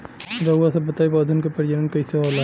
रउआ सभ बताई पौधन क प्रजनन कईसे होला?